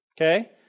Okay